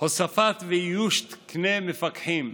הוספה ואיוש של תקני מפקחים,